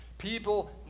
People